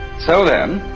so then,